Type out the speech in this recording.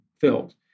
filled